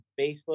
Facebook